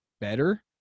better